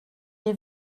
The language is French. est